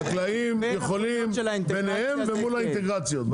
חקלאים יכולים ביניהם ובין ומול האינטגרציות,